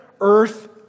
earth